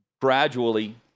gradually